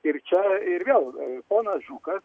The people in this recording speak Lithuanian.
ir čia ir vėl ponas žukas